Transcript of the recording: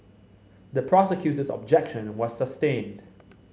the prosecutor's objection was sustained